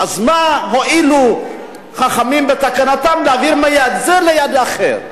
אז מה הועילו חכמים בתקנתם להעביר מיד זו ליד אחרת?